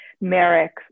Merrick